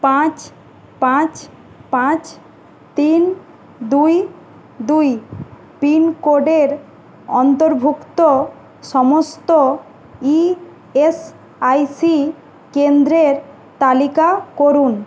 পাঁচ পাঁচ পাঁচ তিন দুই দুই পিনকোডের অন্তর্ভুক্ত সমস্ত ইএসআইসি কেন্দ্রের তালিকা করুন